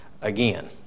again